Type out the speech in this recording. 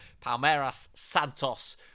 Palmeiras-Santos